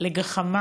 לגחמה